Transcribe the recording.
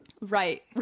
Right